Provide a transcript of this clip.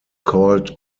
called